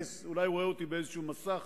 אולי הוא רואה אותי באיזה מסך